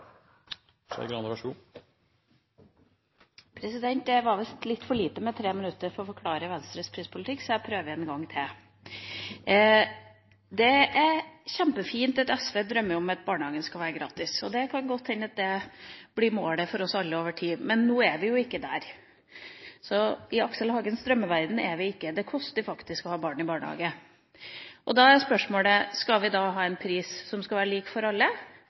prispolitikk, så jeg prøver en gang til. Det er kjempefint at SV drømmer om at barnehagen skal være gratis. Det kan godt hende at det blir målet for oss alle over tid, men nå er vi jo ikke der. I Aksel Hagens drømmeverden er vi ikke. Det koster faktisk å ha barn i barnehage. Da er spørsmålet: Skal vi ha en pris som skal være lik for alle